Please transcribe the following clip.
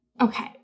Okay